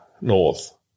north